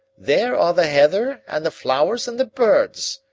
there are the heather and the flowers and the birds.